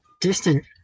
distant